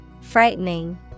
Frightening